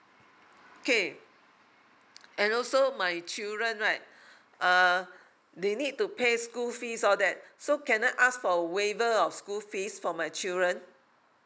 okay and also my children right uh they need to pay school fees all that so can I ask for a waiver of school fees for my children